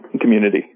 community